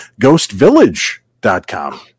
ghostvillage.com